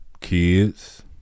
kids